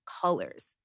colors